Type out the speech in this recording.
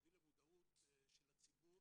להביא למודעות של הציבור